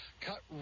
cut